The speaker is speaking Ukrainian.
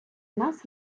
нас